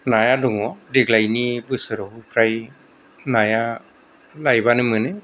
नाया दङ देग्लायनि बोसोराव फ्राय नाया लायबानो मोनो